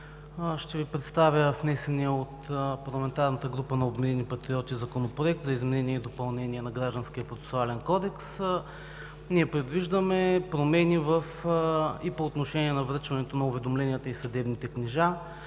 ще Ви представя внесения от парламентарната група на „Обединени патриоти“ Законопроект за изменение и допълнение на Гражданския процесуален кодекс. Ние предвиждаме промени и по отношение на връчването на уведомленията и съдебните книжа,